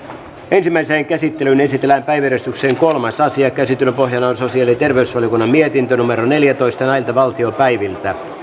ensimmäiseen käsittelyyn esitellään päiväjärjestyksen kolmas asia käsittelyn pohjana on sosiaali ja terveysvaliokunnan mietintö neljätoista